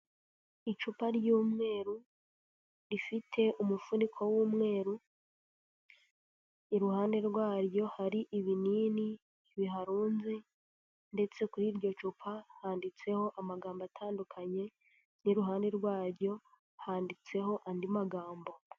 Icupa ry'umweru rifite umufuniko w'umweru iruhande rwaryo hari ibinini biharunze ndetse kuri iryo cupa handitseho amagambo atandukanye n'iruhande rwaryo handitseho andi magambo.